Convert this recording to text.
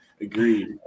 Agreed